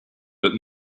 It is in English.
but